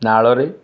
ନାଳରେ